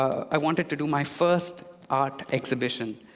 i wanted to do my first art exhibition,